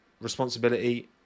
responsibility